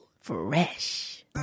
Fresh